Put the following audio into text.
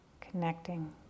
connecting